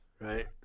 Right